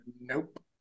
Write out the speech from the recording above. Nope